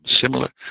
similar